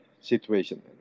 situation